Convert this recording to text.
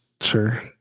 sure